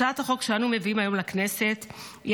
הצעת החוק שאנו מביאים היום לכנסת היא